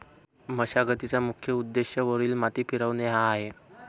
मशागतीचा मुख्य उद्देश वरील माती फिरवणे हा आहे